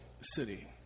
city